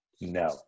No